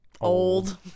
old